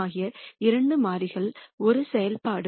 ஆகிய இரண்டு மாறிகள் ஒரு செயல்பாடு